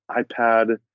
iPad